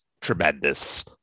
tremendous